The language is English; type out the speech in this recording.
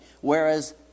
whereas